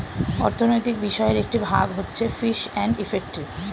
অর্থনৈতিক বিষয়ের একটি ভাগ হচ্ছে ফিস এন্ড ইফেক্টিভ